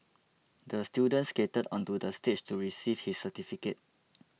the student skated onto the stage to receive his certificate